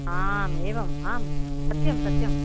आम् एवम् आं सत्यं सत्यं